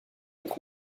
être